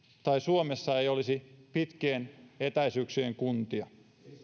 tai suomessa ei olisi pitkien etäisyyksien kuntia